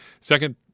Second